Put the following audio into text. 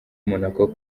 monaco